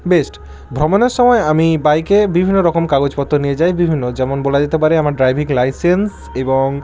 best ভমণের সময় আমি বাইকের বিভিন্ন রকম কাগজপত্র নিয়ে যাই বিভিন্ন যেমন বলা যেতে পারে আমার ড্রাইভিং লাইসেন্স এবং